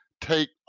take